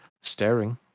staring